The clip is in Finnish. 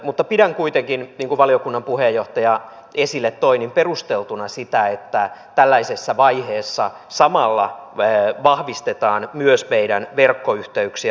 mutta pidän kuitenkin niin kuin valiokunnan puheenjohtaja esille toi perusteltuna sitä että tällaisessa vaiheessa samalla vahvistetaan myös meidän verkkoyhteyksiä